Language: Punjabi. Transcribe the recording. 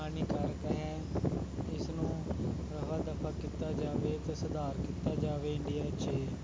ਹਾਨੀਕਾਰਕ ਹੈ ਇਸ ਨੂੰ ਰਫ਼ਾ ਦਫ਼ਾ ਕੀਤਾ ਜਾਵੇ ਅਤੇ ਸੁਧਾਰ ਕੀਤਾ ਜਾਵੇ ਇੰਡੀਆ 'ਚ